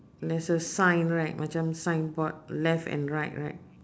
there's a sign right macam signboard left and right right